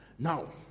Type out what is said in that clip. Now